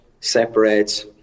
separates